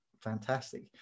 Fantastic